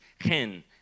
hen